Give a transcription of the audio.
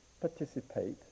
participate